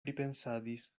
pripensadis